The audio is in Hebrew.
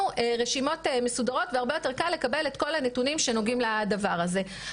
רשימות מסודרות והרבה יותר קל לקבל את כל הנתונים שנוגעים לדבר הזה.